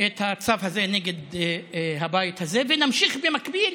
את הצו הזה נגד הבית הזה, ונמשיך במקביל